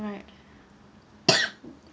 right